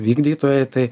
vykdytojai tai